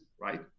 right